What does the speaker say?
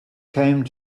came